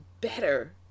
better